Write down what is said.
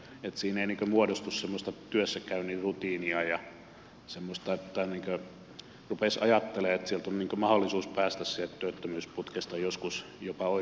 siinä ei muodostu semmoista työssäkäynnin rutiinia että rupeaisi ajattelemaan että työttömyysputkesta on mahdollisuus päästä joskus jopa oikeisiin töihin